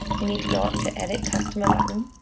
we need to go up to edit customer button,